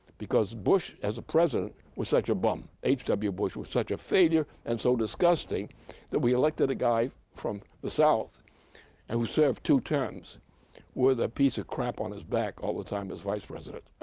because bush as a president was such a bum, h w. bush was such a failure and so disgusting that we elected a guy from the south and who served two terms with a piece of crap on his back all the time as vice president.